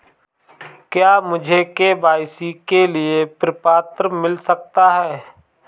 क्या मुझे के.वाई.सी के लिए प्रपत्र मिल सकता है?